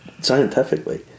scientifically